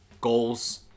goals